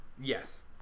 Yes